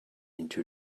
into